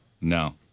No